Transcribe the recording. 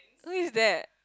who is that